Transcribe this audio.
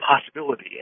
possibility